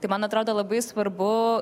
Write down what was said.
tai man atrodo labai svarbu